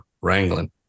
wrangling